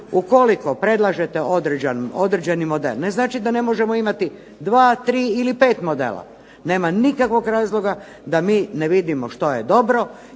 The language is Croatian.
ukoliko predlažete određeni model, ne znači da ne možemo imati dva, tri ili pet modela. Nema nikakvog razloga da mi ne vidimo što je dobro